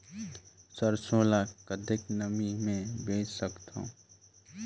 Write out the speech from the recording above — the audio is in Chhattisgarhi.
सरसो ल कतेक नमी मे बेच सकथव?